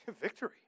Victory